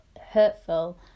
hurtful